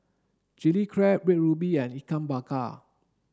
chilli crab red ruby and ikan bakar